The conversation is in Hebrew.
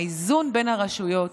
האיזון בין הרשויות